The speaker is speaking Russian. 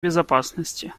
безопасности